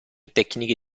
tecniche